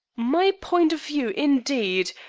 my point of view, indeed!